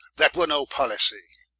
that were no pollicie